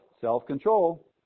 Self-control